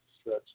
stretch